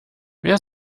wer